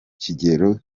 kigero